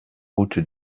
route